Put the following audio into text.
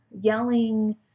yelling